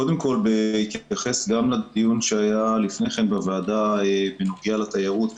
קודם כל בהתייחס לדיון שהיה לפני כן בוועדה בנוגע לתיירות,